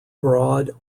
broad